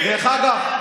דרך אגב,